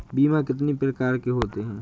बीमा कितनी प्रकार के होते हैं?